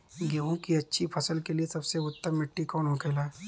गेहूँ की अच्छी फसल के लिए सबसे उत्तम मिट्टी कौन होखे ला?